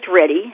ready